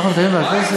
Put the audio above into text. אנחנו מתעלמים מהכנסת?